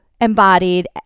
embodied